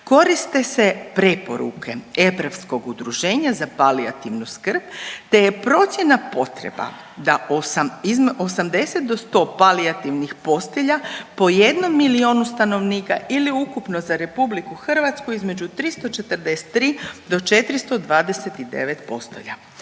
koriste se preporuke Europskog udruženja za palijativnu skrb te je procjena potreba da 80 do 100 palijativnih postelja po 1 milionu stanovnika ili ukupno za RH između 343 do 429 postelja.